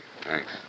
Thanks